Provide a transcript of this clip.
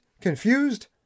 confused